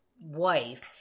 wife